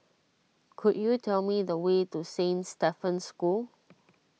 could you tell me the way to Saint Stephen's School